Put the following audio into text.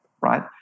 right